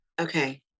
Okay